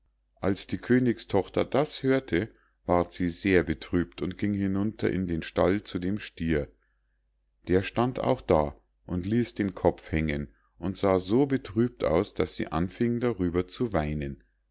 als die königstochter das hörte ward sie sehr betrübt und ging hinunter in den stall zu dem stier der stand auch da und ließ den kopf hangen und sah so betrübt aus daß sie anfing darüber zu weinen